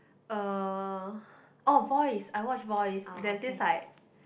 uh orh voice I watch voice there's this like